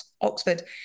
Oxford